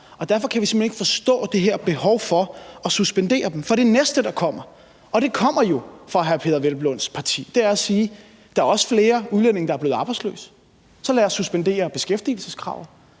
hen ikke forstå det her behov for at suspendere dem. For det næste, der kommer – og det kommer jo fra hr. Peder Hvelplunds parti – er, at man siger: Der er også flere udlændinge, der er blevet arbejdsløse, så lad os suspendere beskæftigelseskravet;